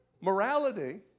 Morality